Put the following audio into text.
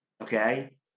Okay